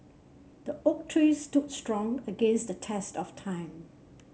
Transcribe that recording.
the oak tree stood strong against the test of time